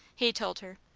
he told her.